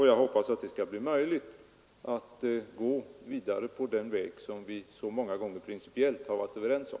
Jag hoppas det skall bli möjligt att gå vidare på den väg som vi så många gånger principiellt har varit överens om.